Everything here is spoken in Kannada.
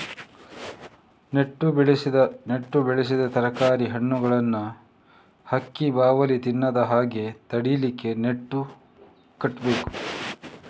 ನೆಟ್ಟು ಬೆಳೆಸಿದ ತರಕಾರಿ, ಹಣ್ಣುಗಳನ್ನ ಹಕ್ಕಿ, ಬಾವಲಿ ತಿನ್ನದ ಹಾಗೆ ತಡೀಲಿಕ್ಕೆ ನೆಟ್ಟು ಕಟ್ಬೇಕು